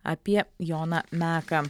apie joną meką